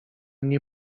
nie